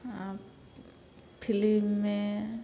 आब फिल्ममे